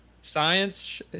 Science